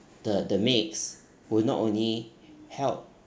the the mix would not only help